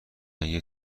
اگه